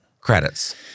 Credits